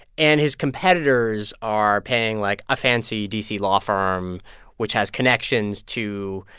and his competitors are paying, like, a fancy d c. law firm which has connections to,